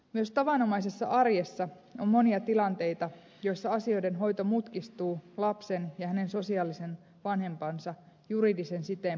myös tavanomaisessa arjessa on monia tilanteita joissa asioiden hoito mutkistuu lapsen ja hänen sosiaalisen vanhempansa juridisen siteen puuttuessa